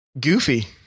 goofy